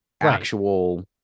actual